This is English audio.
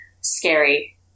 scary